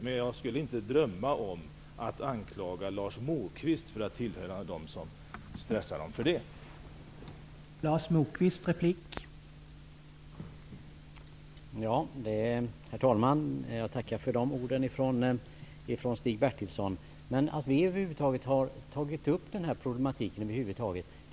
Men jag skulle inte drömma om att anklaga Lars Moquist för att tillhöra dem som stressar dessa spelare för det.